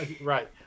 Right